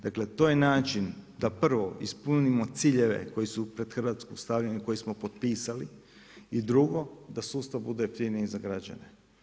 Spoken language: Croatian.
Dakle, to je način da prvo ispunimo ciljeve koji su pred Hrvatsku stavljeni, koji smo potpisali, i drugo da sustav bude jeftiniji za građane.